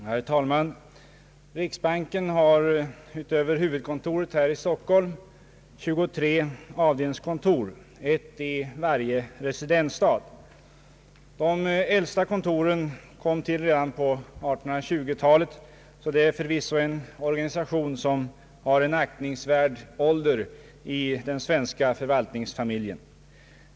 Herr talman! Riksbanken har utöver huvudkontoret i Stockholm 23 avdelningskontor, ett i varje residensstad. De äldsta kontoren kom till redan på 1820-talet, så det är förvisso en organisation med aktningsvärd ålder i den svenska förvaltningsfamiljen.